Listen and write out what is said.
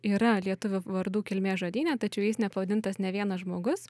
yra lietuvių vardų kilmės žodyne tačiau jais nepavadintas nė vienas žmogus